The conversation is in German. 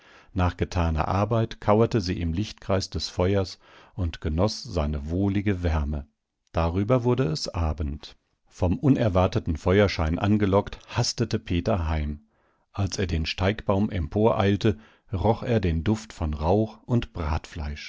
nach getaner arbeit kauerte sie im lichtkreis des feuers und genoß seine wohlige wärme darüber wurde es abend vom unerwarteten feuerschein angelockt hastete peter heim als er den steigbaum emporeilte roch er den duft von rauch und